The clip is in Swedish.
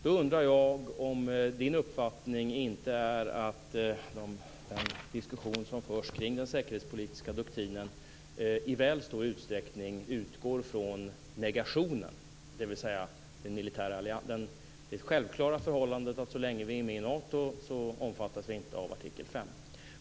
Då undrar jag om det inte är Urban Ahlins uppfattning att den diskussion som förs kring den säkerhetspolitiska doktrinen i väl stor utsträckning utgår från negationen, dvs. från det självklara förhållandet att så länge vi inte är med i Nato omfattas vi inte av artikel fem.